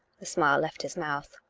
the smile left his mouth.